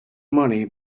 money